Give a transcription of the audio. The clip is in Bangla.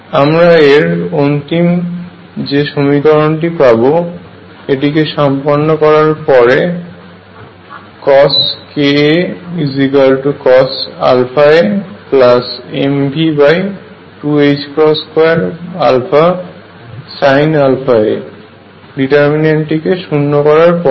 আমরা এর অন্তিম যে সমীকরণটি পাব এটিকে সম্পন্ন করার পরে CoskaCosαamV22Sinαa ডিটারমিন্যান্টটিকে শূন্য করার পরে